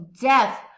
death